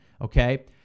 Okay